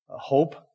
Hope